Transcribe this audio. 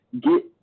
get